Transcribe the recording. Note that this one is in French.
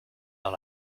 dans